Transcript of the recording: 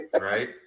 Right